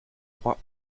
trois